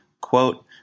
quote